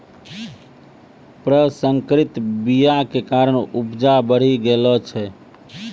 प्रसंकरित बीया के कारण उपजा बढ़ि गेलो छै